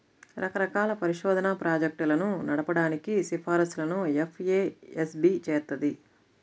రకరకాల పరిశోధనా ప్రాజెక్టులను నడపడానికి సిఫార్సులను ఎఫ్ఏఎస్బి చేత్తది